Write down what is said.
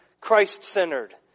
christ-centered